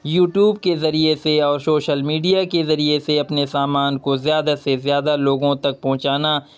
you tube کے ذریعے سے اور سوشل میڈیا کے ذریعے سے اپنے سامان کو زیادہ سے زیادہ لوگوں تک پہنچانا